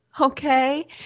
okay